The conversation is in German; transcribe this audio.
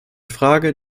frage